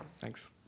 Thanks